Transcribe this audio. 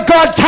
God